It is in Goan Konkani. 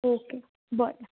ओके बरें